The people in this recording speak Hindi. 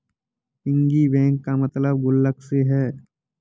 पिगी बैंक का मतलब गुल्लक से है